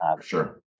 Sure